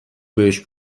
بهش